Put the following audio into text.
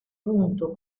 punto